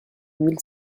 mille